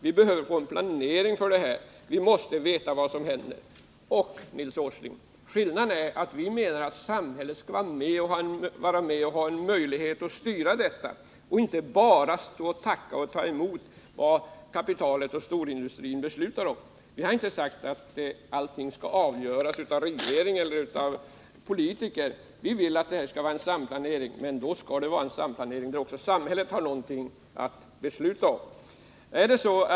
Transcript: Det behövs en planering. Vi måste fatta vad som händer. Skillnaden, Nils Åsling, är den att vi menar att samhället skall ha en möjlighet att styra utvecklingen och inte bara tacka och ta emot vad kapitalet och storindustrin beslutar om. Vi har inte sagt att allting skall avgöras av regeringen eller av politiker. Vi vill att det skall vara en samplanering, men då skall det vara en samplanering där också samhället har någonting att besluta om.